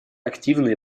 активные